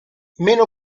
meno